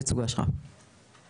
אני